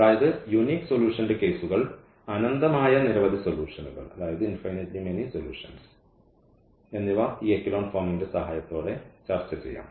അതായത് യൂനിക് സൊല്യൂഷൻറെ കേസുകൾ അനന്തമായ നിരവധി സൊല്യൂഷൻകൾ എന്നിവ ഈ എക്കലോൺ ഫോമിന്റെ സഹായത്തോടെ ചർച്ചചെയ്യാം